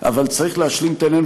אבל צריך להשלים את העניין.